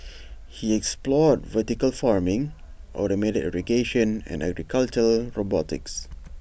he explored vertical farming automated irrigation and agricultural robotics